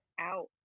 out